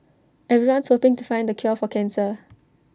everyone's hoping to find the cure for cancer